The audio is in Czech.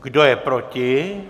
Kdo je proti?